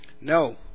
No